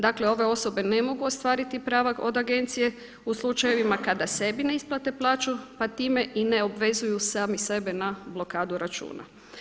Dakle, ove osobe ne mogu ostvariti prava od agencije u slučajevima kada sebi ne isplate plaću, pa time i ne obvezuju sami sebe na blokadu računa.